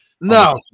No